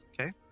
Okay